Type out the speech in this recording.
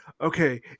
Okay